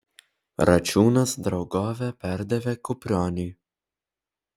račiūnas draugovę perdavė kuprioniui